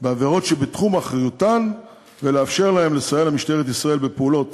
בעבירות שבתחום אחריותן ולאפשר להן לסייע למשטרת ישראל בפעולות